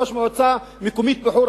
ראש המועצה המקומית בחורה,